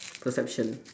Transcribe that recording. perception